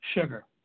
sugar